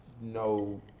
no